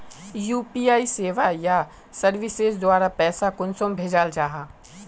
UPI सेवाएँ या services द्वारा पैसा कुंसम भेजाल जाहा?